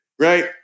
right